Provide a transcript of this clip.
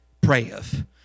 prayeth